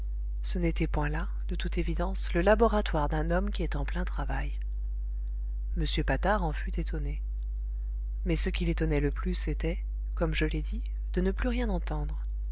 ce n'était point là de toute évidence le laboratoire d'un homme qui est en plein travail m patard en fut étonné mais ce qui l'étonnait le plus était comme je l'ai dit de ne plus rien entendre